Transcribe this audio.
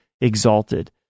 exalted